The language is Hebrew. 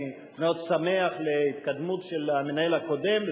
אני מאוד שמח על ההתקדמות של המנהל הקודם,